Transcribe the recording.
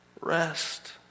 Rest